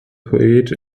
poet